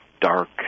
dark